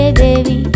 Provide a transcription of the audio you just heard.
baby